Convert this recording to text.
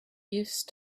used